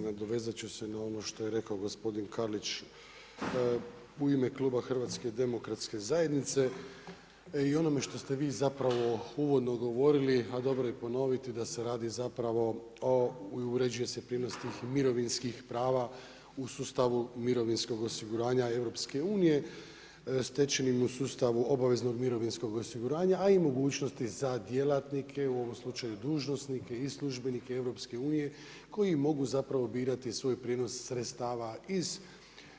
Nadovezat ću se na ovo što je rekao gospodin Karlić u ime kluba HDZ-a i onome što ste vi uvodno govorili, a dobro je ponoviti da se radi o uređuje se prijenos tih mirovinskih prava u sustavu mirovinskog osiguranja EU stečenim u sustavu obaveznog mirovinskog osiguranja, a i mogućnosti za djelatnike u ovom slučaju dužnosnike i službenike EU koji mogu birati svoj prijenos sredstava iz